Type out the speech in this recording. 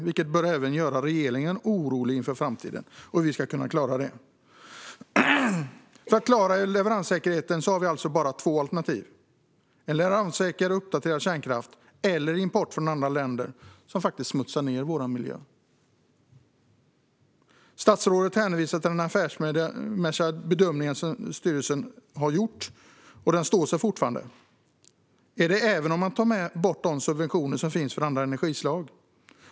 Hur vi ska lösa detta är något som bör göra även regeringen orolig inför framtiden. Ska vi klara leveranssäkerheten har vi bara två alternativ: en leveranssäker och uppdaterad kärnkraft eller import från andra länder, vilket faktiskt smutsar ned vår miljö. Statsrådet hänvisar till den affärsmässiga bedömningen som styrelsen har gjort och att den fortfarande står sig. Gäller det även om man tar bort de subventioner som finns för andra energislag?